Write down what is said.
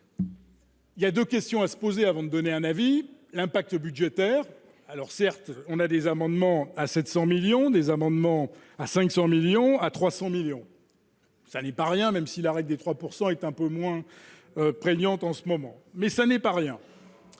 Il y a 2 questions à se poser avant de donner un avis, l'impact budgétaire, alors certes, on a des amendements à 700 millions des amendements à 500 millions à 300 millions. ça n'est pas rien, même si la règle des 3 pourcent est un peu moins prégnante en ce moment, mais ça n'est pas rien.